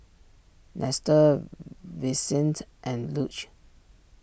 Nestor Vicente and Luc